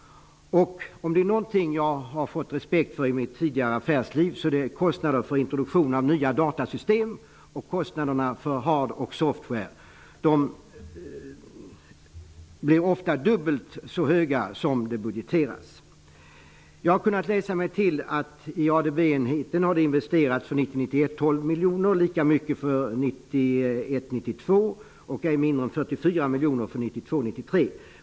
Om det är någonting som jag tidigare i affärslivet fått respekt för så är det kostnaderna för introduktion av nya datasystem liksom för ''hard ware'' och ''soft ware''. De kostnaderna blir ofta dubbelt så höga som vad som budgeterats. Jag har kunnat läsa mig till att man har investerat 12 miljoner kronor i ADB för 1990 92 samt inte mindre än 44 miljoner kronor för 1992/93.